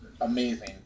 amazing